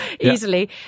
easily